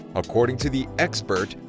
according to the expert,